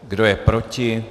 Kdo je proti?